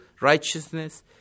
righteousness